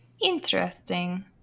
Interesting